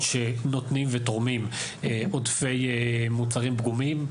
שנותנות ותורמות עודפי מוצרים פגומים,